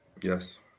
Yes